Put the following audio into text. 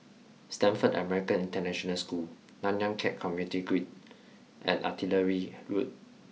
Stamford American International School Nanyang Khek Community Guild and Artillery Road